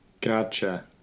Gotcha